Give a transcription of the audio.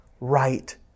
right